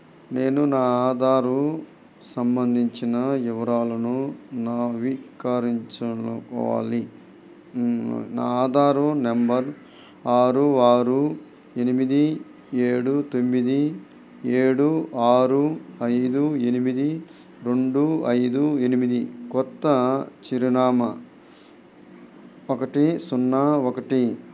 నేను నా ఆధారు సంబంధించిన వివరాలను నవికరించలనుకోవాలి నా ఆధారు నంబర్ ఆరు ఆరు ఎనిమిది ఏడు తొమ్మిది ఏడు ఆరు ఐదు ఎనిమిది రెండు ఐదు ఎనిమిది కొత్త చిరునామా ఒకటి సున్నా ఒకటి